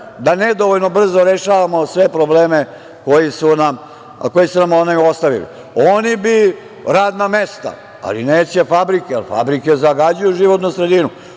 da nedovoljno brzo rešavamo sve probleme koji su nam ostavili. Oni bi radna mesta, ali neće fabrike, jer fabrike zagađuju životnu sredinu.